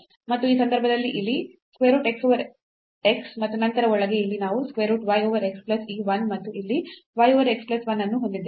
ಮತ್ತು ಈ ಸಂದರ್ಭದಲ್ಲಿ ಇಲ್ಲಿ square root x over x ಮತ್ತು ನಂತರ ಒಳಗೆ ಇಲ್ಲಿ ನಾವು square root y over x plus ಈ 1 ಮತ್ತು ಇಲ್ಲಿ y over x plus 1 ಅನ್ನು ಹೊಂದಿದ್ದೇವೆ